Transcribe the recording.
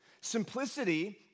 Simplicity